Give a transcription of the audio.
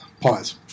pause